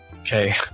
Okay